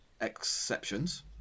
exceptions